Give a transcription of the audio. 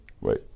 Wait